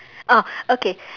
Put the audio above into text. ah okay